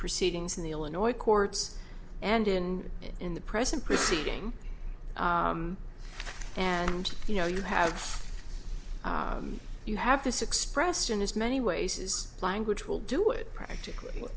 proceedings in the illinois courts and in in the present proceeding and you know you have you have this expressed in as many ways is language will do it practically